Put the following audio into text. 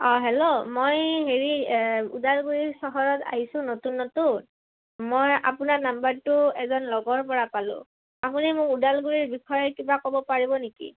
অঁ হেল্ল' মই হেৰি ওদালগুৰি চহৰত আহিছোঁ নতুন নতুন মই আপোনাৰ নাম্বাৰটো এজন লগৰপৰা পালোঁ আপুনি মোক ওদালগুৰিৰ বিষয়ে কিবা ক'ব পাৰিব নেকি